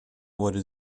wurde